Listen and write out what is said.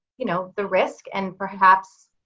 you know, the risk, and perhaps,